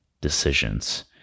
decisions